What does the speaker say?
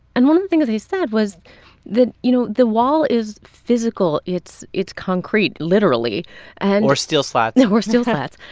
and one of the things he said was that, you know, the wall is physical. it's it's concrete literally and or steel slats or steel slats.